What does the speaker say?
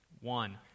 one